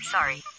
Sorry